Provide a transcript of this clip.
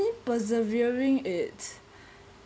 persevering it